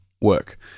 work